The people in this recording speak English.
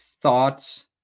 thoughts